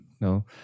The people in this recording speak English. No